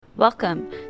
Welcome